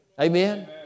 Amen